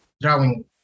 drawing